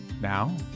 Now